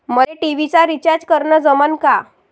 मले टी.व्ही चा रिचार्ज करन जमन का?